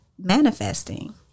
manifesting